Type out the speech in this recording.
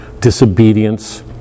disobedience